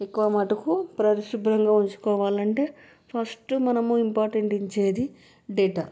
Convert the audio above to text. ఎక్కువ మటుకు పరిశుభ్రంగా ఉంచుకోవాలంటే ఫస్ట్ మనము ఇంపార్టెంట్ ఇచ్చేది డెటాల్